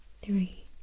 three